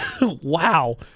Wow